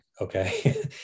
Okay